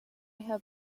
have